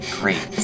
great